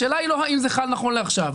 השאלה היא לא האם זה חל נכון לעכשיו.